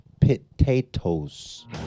potatoes